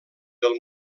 del